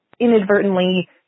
inadvertently